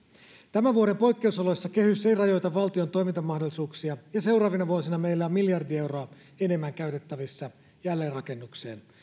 tämän vuoden poikkeusoloissa kehys ei rajoita valtion toimintamahdollisuuksia ja seuraavina vuosina meillä on miljardi euroa enemmän käytettävissä jälleenrakennukseen